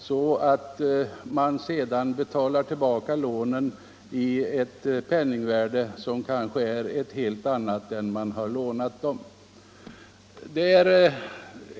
Sådana låntagare kan ju senare betala tillbaka lånen i ett helt annat penningvärde än som gällde när man lånade.